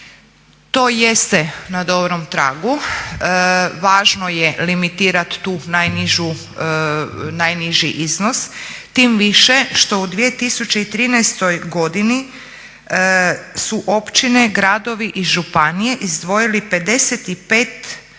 To jeste na dobrom tragu. Važno je limitirati taj najniži iznos. Tim više što u 2013. godini su općine, gradovi i županije izdvojili 55